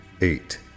eight